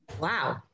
Wow